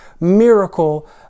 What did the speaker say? miracle